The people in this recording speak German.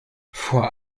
vor